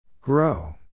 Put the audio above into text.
Grow